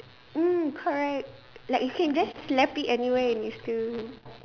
mm correct like you can just slap it anywhere and it still